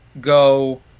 go